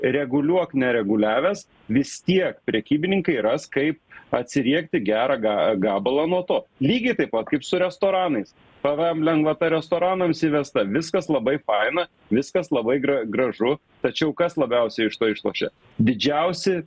reguliuok nereguliavęs vis tiek prekybininkai ras kaip atsiriekti gerą ga gabalą nuo to lygiai taip pat kaip su restoranais pvm lengvata restoranams įvesta viskas labai faina viskas labai gra gražu tačiau kas labiausiai iš to išlošia didžiausi